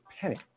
penny